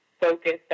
focused